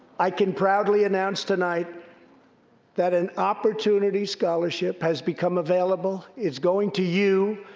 i can proudly announce tonight that an opportunity scholarship has become available, it's going to you,